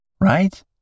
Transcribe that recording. right